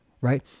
right